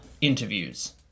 interviews